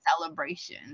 celebration